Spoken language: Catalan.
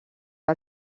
que